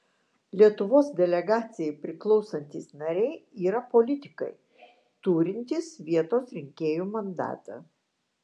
lietuvos delegacijai priklausantys nariai yra politikai turintys vietos rinkėjų mandatą